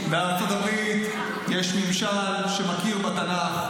בארצות הברית יש ממשל שמכיר בתנ"ך,